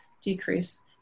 decrease